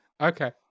Okay